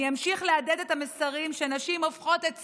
אני אמשיך להדהד את המסרים שנשים הופכות את צה"ל,